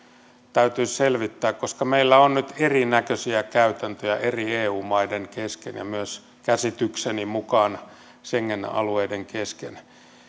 täytyy selvittää koska meillä on nyt erinäköisiä käytäntöjä eri eu maiden kesken ja myös käsitykseni mukaan schengen alueiden kesken